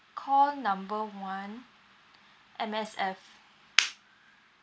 call number one M_S_F